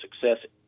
success